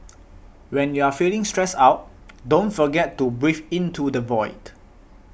when you are feeling stressed out don't forget to breathe into the void